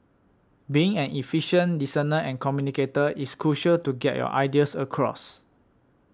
being an effective listener and communicator is crucial to get your ideas across